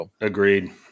Agreed